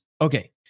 Okay